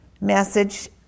message